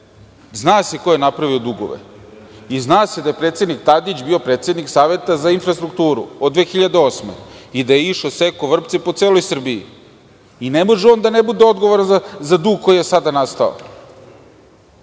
Zna se ko je napravio dugove i zna se da je predsednik Tadić bio predsednik Saveta za infrastrukturu od 2008. godine i da je išao, sekao vrpce po celoj Srbiji. Ne može on da ne bude odgovoran za dug koji je sada nastao.